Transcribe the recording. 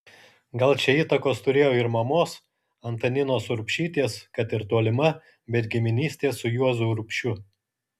gal čia įtakos turėjo ir mamos antaninos urbšytės kad ir tolima bet giminystė su juozu urbšiu